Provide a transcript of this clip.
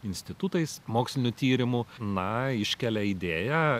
institutais mokslinių tyrimų na iškelia idėją